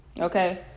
Okay